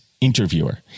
interviewer